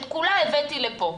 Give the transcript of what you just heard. את כולה הבאתי לפה.